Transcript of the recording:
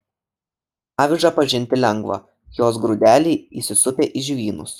avižą pažinti lengva jos grūdeliai įsisupę į žvynus